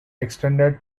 extended